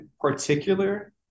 particular